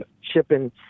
shipping